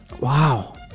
Wow